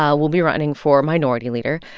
ah will be running for minority leader.